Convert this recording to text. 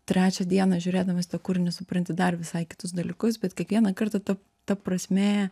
trečią dieną žiūrėdamas tą kūrinį supranti dar visai kitus dalykus bet kiekvieną kartą tu ta prasmė